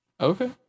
Okay